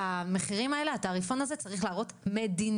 המחירים האלה והתעריפון הזה צריך להראות מדיניות.